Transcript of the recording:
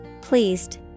Pleased